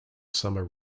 summer